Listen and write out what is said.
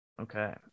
Okay